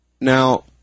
Now